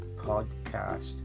podcast